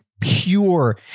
pure